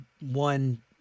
one